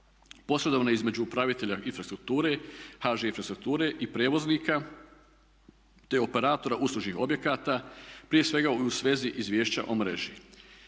Posredovno između upravitelja infrastrukture, HŽ Infrastrukture i prijevoznika, te operatora uslužnih objekata prije svega i u svezi izvješća o mreži.